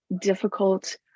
difficult